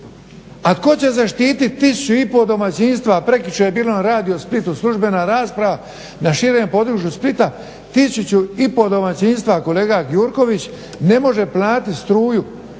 A tko će zaštiti 1500 domaćinstva? Ž Prekjučer je bilo na Radio Splitu službena rasprava na širem području Splita, 1500 domaćinstva kolega Gjurković ne može platiti struju